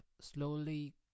slowly